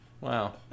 Wow